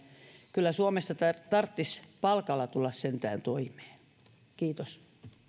kyllä suomessa tarvitsisi sentään palkalla tulla toimeen kiitos